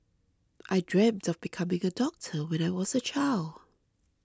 I dreamt of becoming a doctor when I was a child